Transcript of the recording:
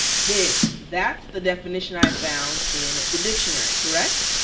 big, that's the definition i found in the dictionary, correct?